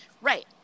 Right